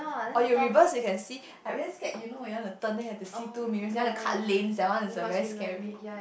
or you reverse you can see I very scared you know when you want to turn then you have to see two mirrors then want to cut lanes that one is very scary